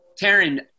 Taryn